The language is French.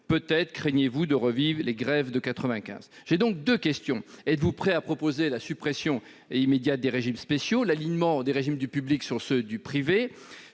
Peut-être craignez-vous de revivre les grèves de 1995 ... Je vous poserai deux questions. Premièrement, êtes-vous prêt à proposer la suppression immédiate des régimes spéciaux et l'alignement des régimes du public sur ceux du privé